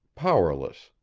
powerless,